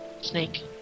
snake